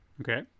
Okay